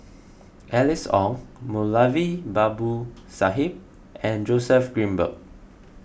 Alice Ong Moulavi Babu Sahib and Joseph Grimberg